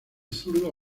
zurdo